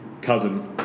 cousin